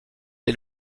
est